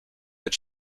but